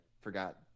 forgot